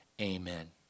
Amen